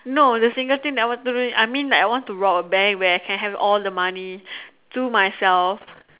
no the single thing that I want to ring I mean like I want to rob a bank where I can have all the money to myself